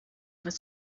was